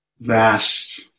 vast